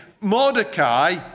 Mordecai